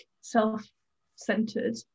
self-centered